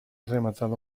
rematado